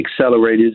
accelerators